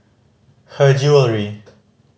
Her Jewellery